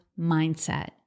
mindset